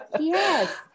yes